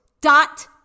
dot